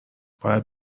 باید